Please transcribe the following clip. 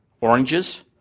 Oranges